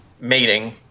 mating